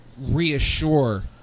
reassure